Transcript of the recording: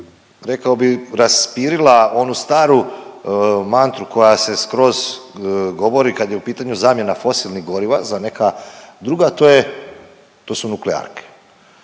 rekao bih, raspirila onu staru mantru koja se skroz govori kad je u pitanju zamjena fosilnih goriva za neka druga, a to je, to su nuklearke.